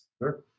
Sure